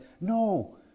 no